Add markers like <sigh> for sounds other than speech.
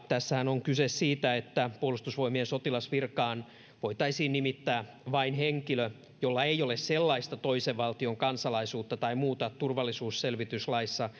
tässähän on kyse siitä että puolustusvoimien sotilasvirkaan voitaisiin nimittää vain henkilö jolla ei ole sellaista toisen valtion kansalaisuutta tai muuta turvallisuusselvityslaissa <unintelligible>